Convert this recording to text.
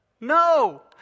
No